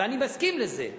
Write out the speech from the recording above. ואני מסכים לזה,